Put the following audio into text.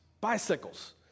bicycles